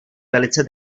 velice